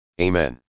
Amen